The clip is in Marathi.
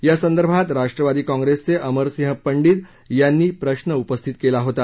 यासंदर्भात राष्ट्रवादी काँग्रेसचे अमरसिंह पंडित यांनी प्रश्न उपस्थित केला होता